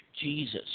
Jesus